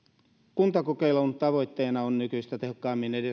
kuntakokeilun tavoitteena on nykyistä tehokkaammin